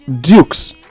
dukes